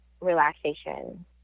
relaxation